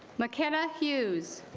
mckenna hughes